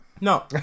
No